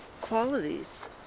qualities